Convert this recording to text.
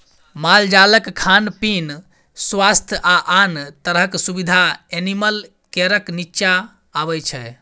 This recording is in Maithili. मालजालक खान पीन, स्वास्थ्य आ आन तरहक सुबिधा एनिमल केयरक नीच्चाँ अबै छै